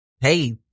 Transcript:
hey